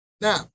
Now